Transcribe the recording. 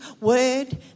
word